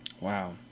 Wow